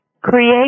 create